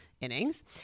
innings